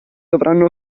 dovranno